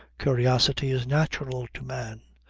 curiosity is natural to man.